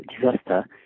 disaster